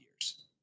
years